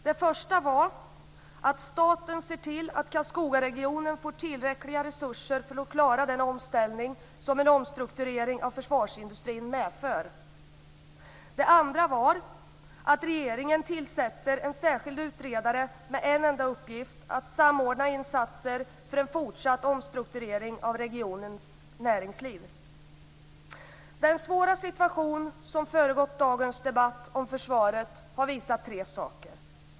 Det första var att staten ser till att Karlskogaregionen får tillräckliga resurser för att klara den omställning som en omstrukturering av försvarsindustrin medför. Det andra var att regeringen tillsätter en särskild utredare med en enda uppgift, nämligen att samordna insatser för en fortsatt omstrukturering av regionens näringsliv. Den svåra situation som föregått dagens debatt om försvaret har visat tre saker.